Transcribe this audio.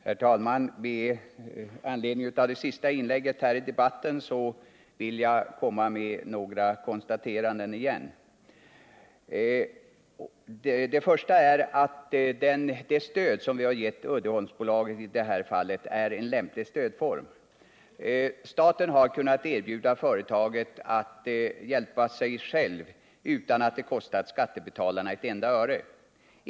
Herr talman! Men anledning av det senaste inlägget i debatten vill jag åter göra några konstateranden. Det första är att det stöd som vi i detta fall har givit Uddeholmsbolaget har varit en lämplig stödform. Staten har kunnat erbjuda företaget att hjälpa sig självt utan att detta kostat skattebetalarna ett enda öre.